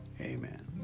Amen